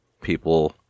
People